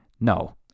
No